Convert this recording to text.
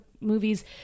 movies